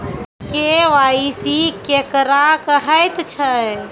KYC केकरा कहैत छै?